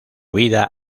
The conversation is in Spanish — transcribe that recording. vida